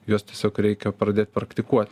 juos tiesiog reikia pradėt praktikuot